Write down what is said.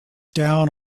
down